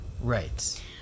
Right